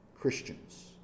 Christians